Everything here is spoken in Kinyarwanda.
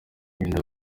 wenda